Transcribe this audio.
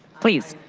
please.